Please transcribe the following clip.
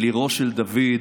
אל עירו של דוד,